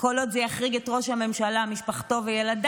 כל עוד זה יחריג את ראש הממשלה, משפחתו וילדיו,